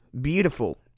beautiful